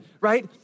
right